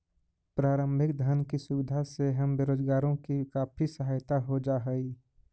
प्रारंभिक धन की सुविधा से हम बेरोजगारों की काफी सहायता हो जा हई